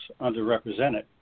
underrepresented